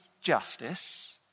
justice